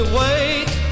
wait